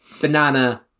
banana